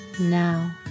now